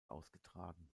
ausgetragen